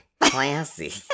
Classy